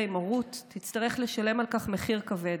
עם הורות תצטרך לשלם על כך מחיר כבד.